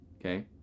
Okay